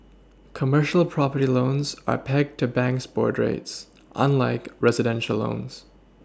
commercial property loans are pegged to banks' board rates unlike residential loans